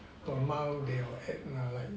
per mile they will add like